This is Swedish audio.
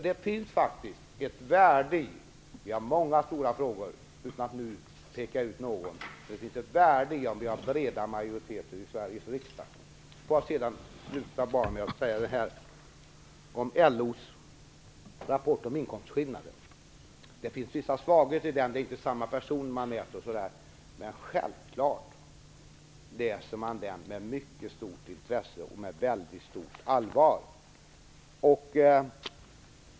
Det finns, utan att peka ut någon av de många frågor det gäller, ett värde i att ha breda majoriteter i Låt mig sedan sluta med att säga någonting om LO:s rapport om inkomstskillnader. Den har vissa svagheter, men självklart läser man den med mycket stort intresse och med väldigt stort allvar.